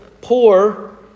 poor